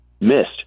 missed